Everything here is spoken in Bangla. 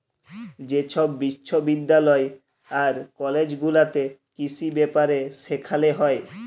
যে ছব বিশ্ববিদ্যালয় আর কলেজ গুলাতে কিসি ব্যাপারে সেখালে হ্যয়